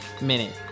minute